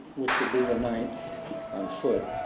which would be the night on foot,